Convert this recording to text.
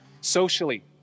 Socially